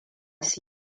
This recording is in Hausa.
su